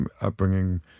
upbringing